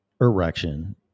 erection